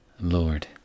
Lord